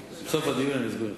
בסוף הדיון אני אסביר לך.